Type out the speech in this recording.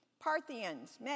Parthians